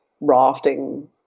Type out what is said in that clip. rafting